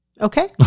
Okay